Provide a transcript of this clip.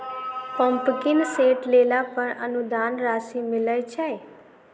Pumping set लेला पर अनुदान राशि मिलय छैय?